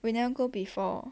we never go before